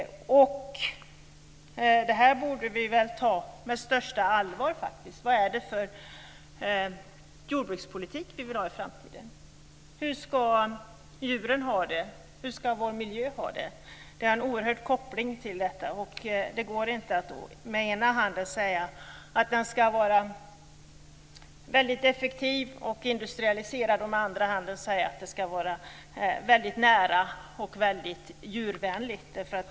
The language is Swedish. Detta borde vi faktiskt ta på största allvar. Vilken jordbrukspolitik vill vi ha i framtiden? Hur ska djuren ha det? Hur ska vår miljö ha det? Detta har en koppling. Det går inte att säga både att denna politik ska vara väldigt effektiv och industrialiserad och att den ska vara väldigt djurvänlig och nära.